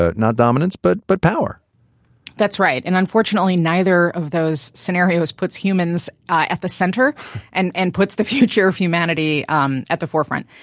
ah not dominance but but power that's right. and unfortunately, neither of those scenarios puts humans at the center and and puts the future of humanity um at the forefront.